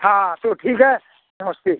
हाँ तो ठीक है नमस्ते